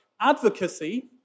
advocacy